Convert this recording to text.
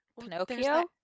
Pinocchio